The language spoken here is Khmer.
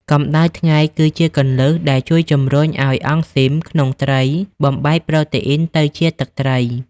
កំដៅថ្ងៃ គឺជាគន្លឹះដែលជួយជំរុញឱ្យអង់ស៊ីមក្នុងត្រីបំបែកប្រូតេអ៊ីនទៅជាទឹកត្រី។